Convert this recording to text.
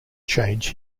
change